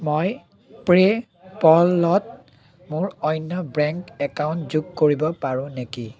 মই পে'পলত মোৰ অন্য বেংক একাউণ্ট যোগ কৰিব পাৰোঁ নেকি